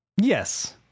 Yes